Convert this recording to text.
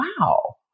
wow